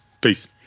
Peace